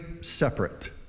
separate